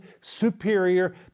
superior